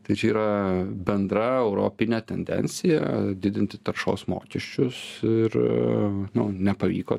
tai čia yra bendra europinė tendencija didinti taršos mokesčius ir nu nepavyko